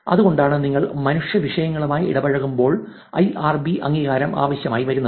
അതുകൊണ്ടാണ് നിങ്ങൾ മനുഷ്യ വിഷയങ്ങളുമായി ഇടപഴകുമ്പോൾ ഐആർബി അംഗീകാരം ആവശ്യമായി വരുന്നത്